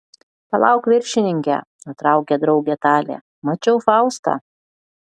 palauk viršininke nutraukė draugę talė mačiau faustą